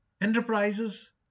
enterprises